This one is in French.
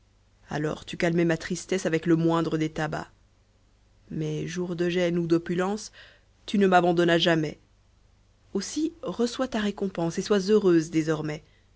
alors tu calmais ma tristesse avec le moindre des tabacs mais jours de gène ou d'opulence tu ne m'abandonnas jamais aussi reçois ta récompense et sois heureuse désormais